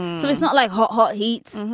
so it's not like hot, hot heat.